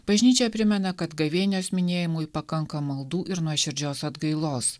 bažnyčia primena kad gavėnios minėjimui pakanka maldų ir nuoširdžios atgailos